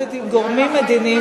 ציטטתי גורמים מדיניים.